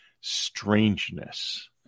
strangeness